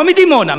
לא מדימונה,